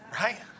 Right